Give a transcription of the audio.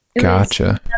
Gotcha